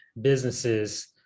businesses